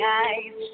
eyes